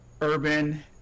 urban